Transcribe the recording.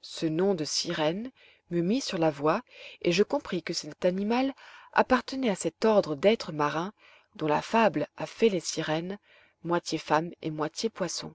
ce nom de sirène me mit sur la voie et je compris que cet animal appartenait à cet ordre d'êtres marins dont la fable a fait les sirènes moitié femmes et moitié poissons